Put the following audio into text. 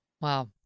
Wow